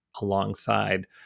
alongside